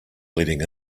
leading